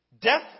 death